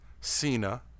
Cena